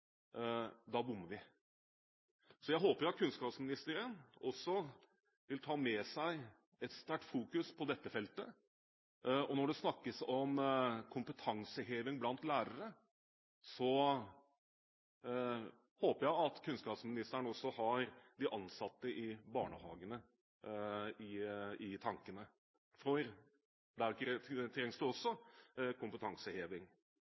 bommer vi. Så jeg håper at kunnskapsministeren også vil ta med seg et sterkt fokus på dette feltet. Når det snakkes om kompetanseheving blant lærere, håper jeg at kunnskapsministeren også har de ansatte i barnehagene i tankene, for der trengs det